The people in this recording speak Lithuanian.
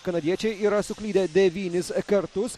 kanadiečiai yra suklydę devynis kartus